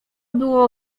było